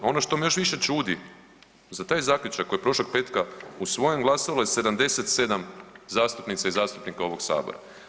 Ono što me još više čudi za taj zaključak koji je prošlog petka usvojen glasalo je 77 zastupnica i zastupnika ovog Sabora.